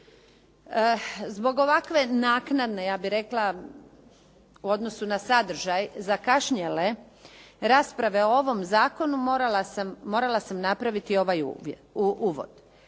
Zbog ovakve naknadne, ja bih rekla u odnosu na sadržaj zakašnjele rasprave o ovom zakonu morala sam napraviti ovaj uvod.